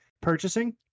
purchasing